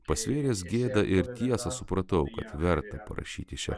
pasvėręs gėdą ir tiesą supratau kad verta parašyti šią